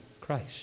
Christ